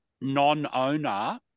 non-owner